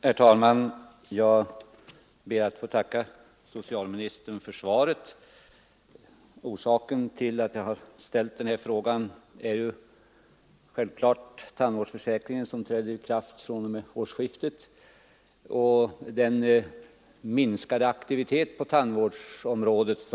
Herr talman! Jag ber att få tacka socialministern för svaret på min enkla fråga. Orsaken till att jag har ställt frågan är självfallet att man redan långt före tandvårdsförsäkringens ikraftträdande vid årsskiftet kunde konstatera en minskad aktivitet på tandvårdsområdet.